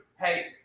Hey